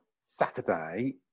Saturday